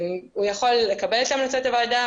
הוא יכול לקבל את המלצות הוועדה,